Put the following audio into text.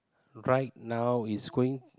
right now is going